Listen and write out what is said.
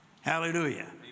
Hallelujah